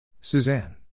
Suzanne